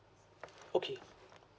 okay